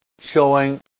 showing